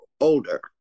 older